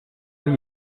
were